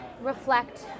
reflect